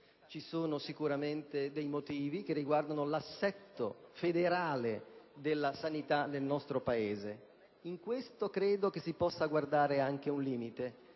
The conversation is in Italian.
Vi sono sicuramente motivi che riguardano l'assetto federale della sanità del nostro Paese: in questo, credo si possa riscontrare anche un limite,